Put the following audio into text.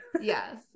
Yes